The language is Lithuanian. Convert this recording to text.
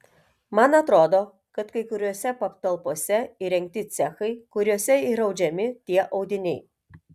man atrodo kad kai kuriose patalpose įrengti cechai kuriuose ir audžiami tie audiniai